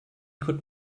could